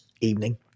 evening